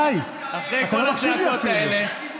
די, אתה לא מקשיב לי אפילו.